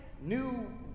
new